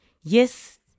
yes